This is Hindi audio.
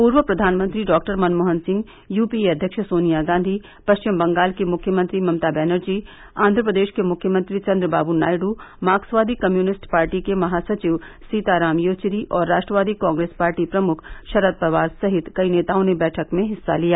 पूर्व प्रधानमंत्री doctor Manmohan Singh U P A अध्यक्ष सोनिया गांधी पश्चिम बंगाल की मुख्यमंत्री ममता बनर्जी आंध्र प्रदेश के मुख्यमंत्री चन्द्रबाबू नायडू मार्क्सवादी कम्युनिस्ट पार्टी के महासचिव सीताराम येचुरी और राष्ट्रवादी कांग्रेस पार्टी प्रमुख शरद पवार सहित कई नेताओं ने बैठक में हिस्सा लिया